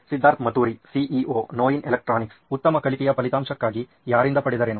Siddharth Maturi CEO ನೋಯಿನ್ electronics ಉತ್ತಮ ಕಲಿಕೆಯ ಫಲಿತಾಂಶಕ್ಕಾಗಿ ಯಾರಿಂದ ಪಡೆದರೇನು